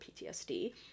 PTSD